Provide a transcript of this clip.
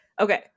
Okay